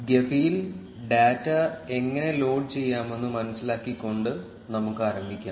ഗെഫിയിൽ data എങ്ങനെ load ചെയ്യാമെന്ന് മനസിലാക്കിക്കൊണ്ട് നമുക്ക് ആരംഭിക്കാം